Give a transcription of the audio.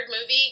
movie